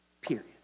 period